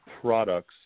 products